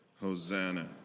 Hosanna